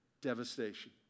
devastation